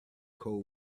coal